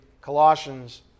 Colossians